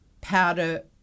powder